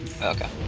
Okay